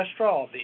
cholesterol